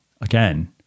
again